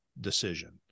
decision